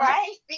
Right